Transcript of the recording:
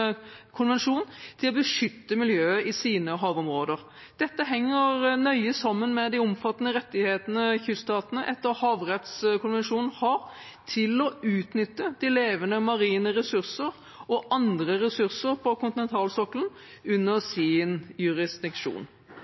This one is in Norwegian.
havrettskonvensjon til å beskytte miljøet i sine havområder. Dette henger nøye sammen med de omfattende rettighetene kyststatene etter havrettskonvensjonen har til å utnytte de levende marine ressurser og andre ressurser på kontinentalsokkelen under sin